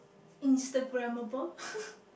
Instagramable